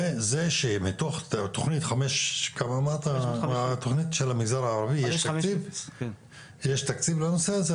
וזה שמתוך תוכנית 550 יש תקציב לנושא הזה.